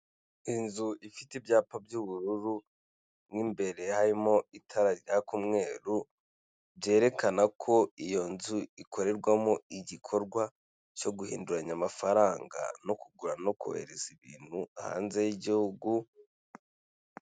Inzu ifite ibyapa by'ubururu n'imbere harimo itarakumweru byerekana ko iyo nzu ikorerwamo igikorwa cyo guhinduranya amafaranga no kugura no kohereza ibintu hanze y'igihugu.